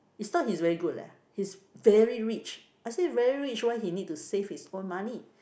is not he's very good leh he's very rich I say very rich why he need to save his own money